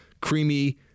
creamy